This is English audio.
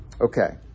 Okay